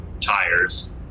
tires